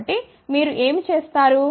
కాబట్టి మీరు ఏమి చేస్తారు